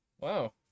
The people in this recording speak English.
wow